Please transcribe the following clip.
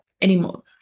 anymore